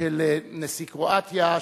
של נשיא קרואטיה,